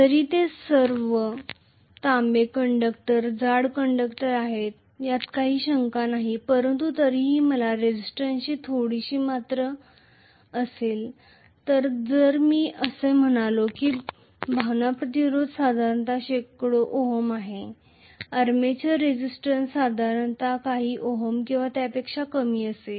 जरी ते सर्व तांबे कंडक्टर जाड कंडक्टर आहेत यात काही शंका नाही परंतु तरीही मला रेसिस्टन्सची थोडीशी मात्रा असेल तर मी असे म्हणालो की भावना प्रतिरोध साधारणत शेकडो ओहम आहे आर्मेचर रेझिस्टन्स साधारणतः काही ओहम किंवा त्यापेक्षा कमी असेल